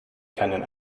keinen